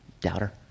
doubter